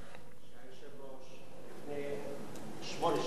אדוני היושב-ראש לפני שמונה שנים,